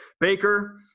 Baker